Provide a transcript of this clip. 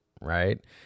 right